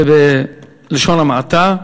זה בלשון המעטה.